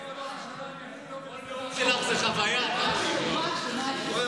כל נאום שלך הוא חוויה, טלי.